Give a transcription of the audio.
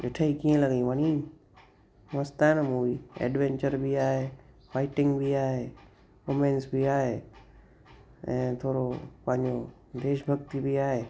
ॾिठईं कीअं लॻईं वणियईं मस्तु आहे न मूवी एडवेंचर बि आहे फाइटिंग बि आहे रोमांस बि आहे ऐं थोरो पंहिंजो देश भक्ति बि आहे